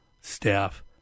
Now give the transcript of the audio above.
staff